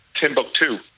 Timbuktu